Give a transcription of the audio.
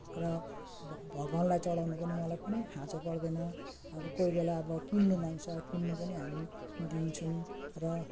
र ब भगवान्लाई चढाउनु पनि मलाई कुनै खाँचो पर्दैन अरू कोही कोहीलाई अब किन्नु मन छ किन्नु पनि हामी दिन्छौँ र